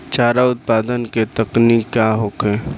चारा उत्पादन के तकनीक का होखे?